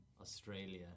Australia